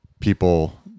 people